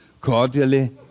cordially